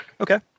Okay